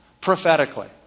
prophetically